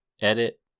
edit